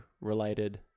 related